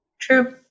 True